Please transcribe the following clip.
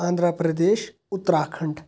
انٛدرا پردیش اُترا کھنٛڈ